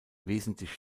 wesentlich